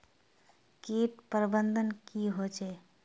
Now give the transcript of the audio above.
किट प्रबन्धन की होचे?